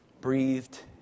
breathed